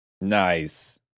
Nice